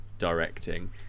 Directing